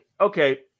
okay